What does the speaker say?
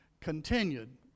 continued